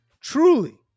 Truly